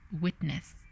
witness